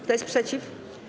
Kto jest przeciw?